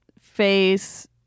face